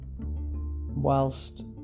whilst